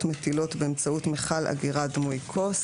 מטילות באמצעות מיכל אגירה דמוי כוס